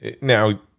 now